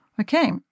Okay